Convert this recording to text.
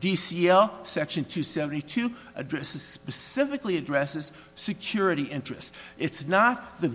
d c l section two seventy two addresses specifically addresses security interest it's not the